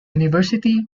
university